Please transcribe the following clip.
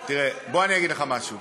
תראה, בוא אני אגיד לך משהו.